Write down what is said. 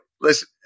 listen